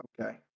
Okay